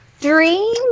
Dream